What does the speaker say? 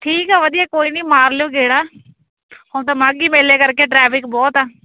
ਠੀਕ ਆ ਵਧੀਆ ਕੋਈ ਨਹੀਂ ਮਾਰ ਲਿਓ ਗੇੜਾ ਹੁਣ ਤਾਂ ਮਾਘੀ ਮੇਲੇ ਕਰਕੇ ਟਰੈਫਿਕ ਬਹੁਤ ਆ